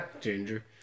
Ginger